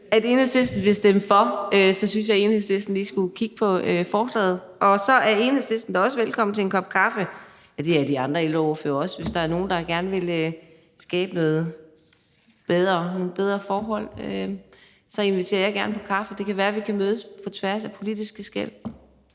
og Enhedslisten til at stemme for. Så jeg synes, at Enhedslisten lige skulle kigge på forslaget. Enhedslisten er da også velkommen til en kop kaffe, og det er de andre ældreordførere også. Hvis der er nogen, der gerne vil skabe nogle bedre forhold, inviterer jeg gerne på kaffe. Det kan være, at vi kan mødes på tværs af politiske skel.